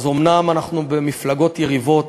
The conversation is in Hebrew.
אז אומנם אנחנו במפלגות יריבות,